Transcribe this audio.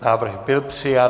Návrh byl přijat.